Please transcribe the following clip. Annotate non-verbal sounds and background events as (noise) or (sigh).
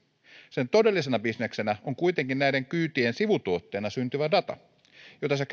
sen todellisena bisneksenä on kuitenkin näiden kyytien sivutuotteena syntyvä data jota se (unintelligible)